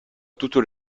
toutes